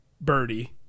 birdie